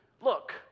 look